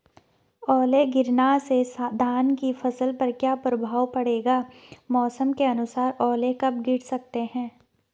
ओले गिरना से धान की फसल पर क्या प्रभाव पड़ेगा मौसम के अनुसार ओले कब गिर सकते हैं?